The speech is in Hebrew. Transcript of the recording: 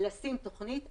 אנחנו נשים את המצע.